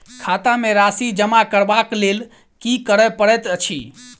खाता मे राशि जमा करबाक लेल की करै पड़तै अछि?